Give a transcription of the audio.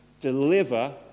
deliver